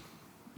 כן,